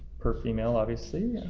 per female, obviously,